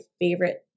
favorite